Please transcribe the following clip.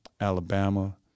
Alabama